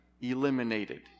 eliminated